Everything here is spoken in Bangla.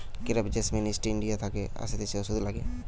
ক্রেপ জেসমিন ইস্ট ইন্ডিয়া থাকে আসতিছে ওষুধে লাগে